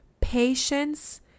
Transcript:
patience